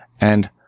and